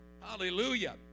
Hallelujah